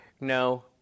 no